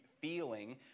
feeling